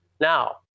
now